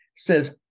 says